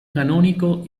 canónico